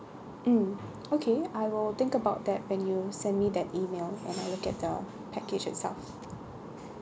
mm okay I will think about that when you send me that E-mail when I look at the package itself